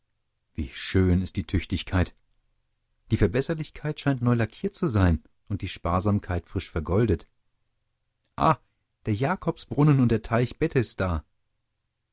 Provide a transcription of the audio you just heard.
wie schön ist die tüchtigkeit die verbesserlichkeit scheint neu lackiert zu sein und die sparsamkeit frisch vergoldet ah der jakobsbrunnen und der teich bethesda